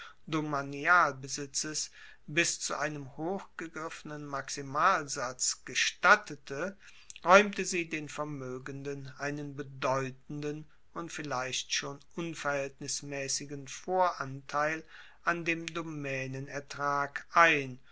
domanialbesitzes bis zu einem hoch gegriffenen maximalsatz gestattete raeumte sie den vermoegenden einen bedeutenden und vielleicht schon unverhaeltnismaessigen voranteil an dem domaenenertrag ein